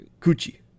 coochie